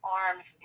arms